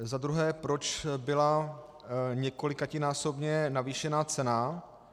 Za druhé, proč byla několikanásobně navýšena cena.